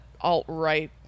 alt-right